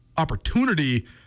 Opportunity